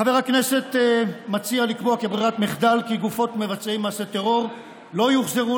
חבר הכנסת מציע לקבוע כברירת מחדל כי גופות מבצעי מעשי טרור לא יוחזרו